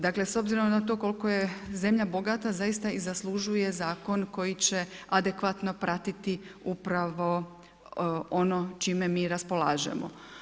Dakle, s obzirom na to koliko je zemlja bogata, zaista i zaslužuje Zakon koji će adekvatno pratiti upravo ono čime mi raspolažemo.